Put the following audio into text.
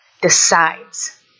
decides